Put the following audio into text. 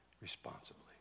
responsibly